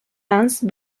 lance